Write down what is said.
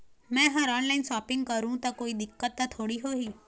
मैं हर online shopping करू ता कोई दिक्कत त थोड़ी होही?